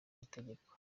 mategeko